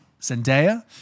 Zendaya